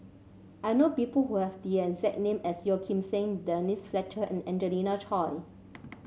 I know people who have the exact name as Yeo Kim Seng Denise Fletcher and Angelina Choy